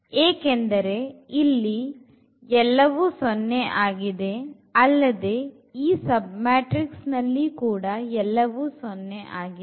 ಏಕೆಂದರೆ ಇಲ್ಲಿ ಎಲ್ಲವೂ 0 ಆಗಿದೆ ಅಲ್ಲದೇ ಈ ಸಬ್ ಮ್ಯಾಟ್ರಿಕ್ಸ್ ನಲ್ಲಿ ಕೂಡ ಎಲ್ಲವೂ 0 ಆಗಿದೆ